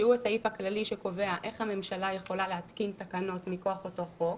שהוא הסעיף הכללי שקובע איך הממשלה יכולה להתקין תקנות מכוח אותו חוק,